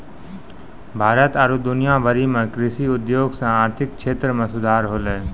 भारत आरु दुनिया भरि मे कृषि उद्योग से आर्थिक क्षेत्र मे सुधार होलै